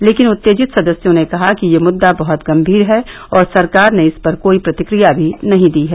लेकिन उत्तेजित सदस्यों ने कहा कि यह मुद्दा बहुत गंभीर है और सरकार ने इस पर कोई प्रतिक्रिया भी नहीं दी है